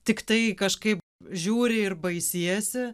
tiktai kažkaip žiūri ir baisiesi